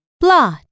blot